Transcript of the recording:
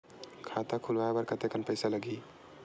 खाता खुलवाय बर कतेकन पईसा लगही?